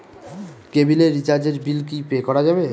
কেবিলের রিচার্জের বিল কি পে করা যাবে?